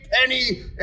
penny